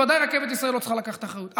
ועדיין, רכבת ישראל לא צריכה לקחת אחריות.